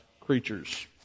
creatures